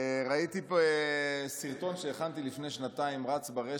ראיתי סרטון שהכנתי לפני שנתיים רץ ברשת,